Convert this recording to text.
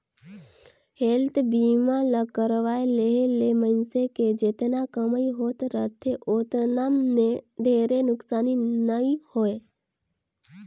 health बीमा ल करवाये लेहे ले मइनसे के जेतना कमई होत रथे ओतना मे ढेरे नुकसानी नइ होय